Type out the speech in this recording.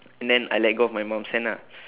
and then I let go of my mom's hand ah